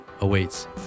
awaits